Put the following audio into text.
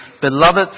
beloved